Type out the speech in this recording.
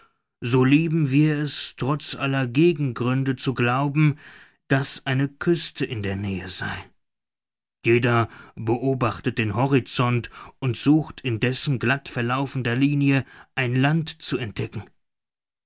so lieben wir es trotz aller gegengründe zu glauben daß eine küste in der nähe sei jeder beobachtet den horizont und sucht in dessen glatt verlaufender linie ein land zu entdecken